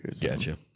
Gotcha